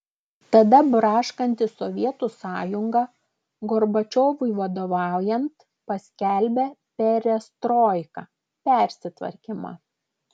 tada braškanti sovietų sąjunga gorbačiovui vadovaujant paskelbė perestroiką persitvarkymą